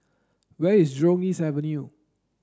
where is Jurong East Avenue